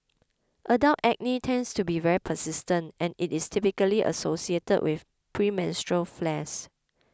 adult acne tends to be very persistent and it is typically associated with premenstrual flares